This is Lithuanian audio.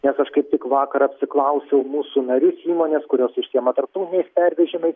nes aš kaip tik vakar apsiklausiau mūsų narius įmonės kurios užsiema tarptautiniais pervežimais